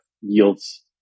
yields